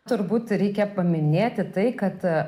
turbūt reikia paminėti tai kad